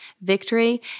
victory